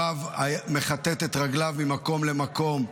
הרב מכתת את רגליו ממקום למקום,